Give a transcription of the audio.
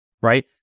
right